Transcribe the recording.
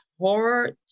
hard